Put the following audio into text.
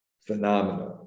phenomena